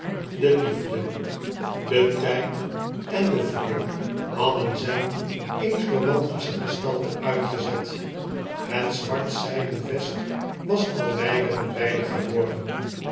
de hefde de tijd'en de voeding hadden zijn eens romantische gestalte uitgezet het zwart zijden vest was al wijder en wijder geworden